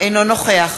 אינו נוכח